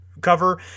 cover